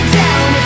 down